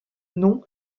nom